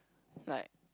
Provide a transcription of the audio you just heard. like